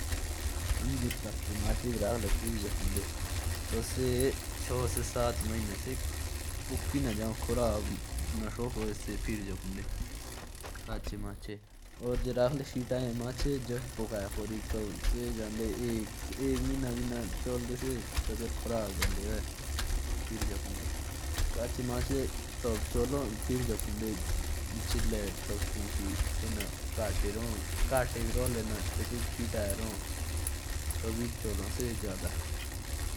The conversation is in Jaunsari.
जैसे अगर हम कच्ची मछली को फ्रीज में रखेंगे। तो वो कम से कम सात महीने तक खाने लायक रहेगी और अगर पकी हुई मछली को रखें तो वो भी दो महीने तक रहेगी।